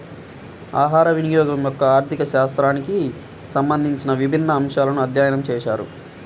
ఆహారవినియోగం యొక్క ఆర్థిక శాస్త్రానికి సంబంధించిన విభిన్న అంశాలను అధ్యయనం చేశారు